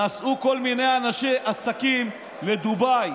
נסעו כל מיני אנשי עסקים לדובאי